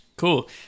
cool